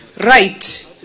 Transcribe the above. right